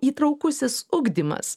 įtraukusis ugdymas